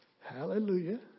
Hallelujah